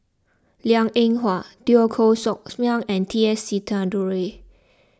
Liang Eng Hwa Teo Koh Sock Miang and T S Sinnathuray